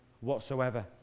whatsoever